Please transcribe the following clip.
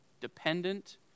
dependent